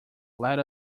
let